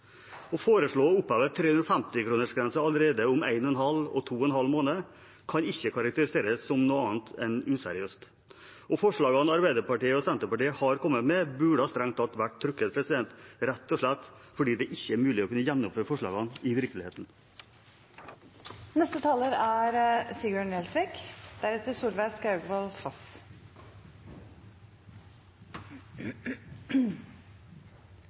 Å foreslå å oppheve 350-kronersgrensen allerede om 1,5 og 2,5 måned, kan ikke karakteriseres som noe annet enn useriøst. Forslagene Arbeiderpartiet og Senterpartiet har kommet med, burde strengt tatt vært trukket, rett og slett fordi det ikke er mulig å kunne gjennomføre forslagene i